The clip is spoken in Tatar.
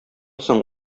соң